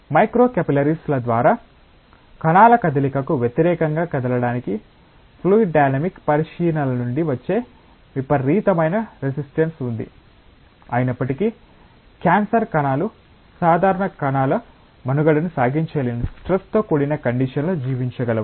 micro capillaries ల ద్వారా కణాల కదలికకు వ్యతిరేకంగా కదలడానికి ఫ్లూయిడ్ డైనమిక్ పరిశీలనల నుండి వచ్చే విపరీతమైన రెసిస్టన్స్ ఉంది అయినప్పటికీ క్యాన్సర్ కణాలు సాధారణ కణాలు మనుగడ సాగించలేని స్ట్రెస్ తో కూడిన కండిషన్ లో జీవించగలవు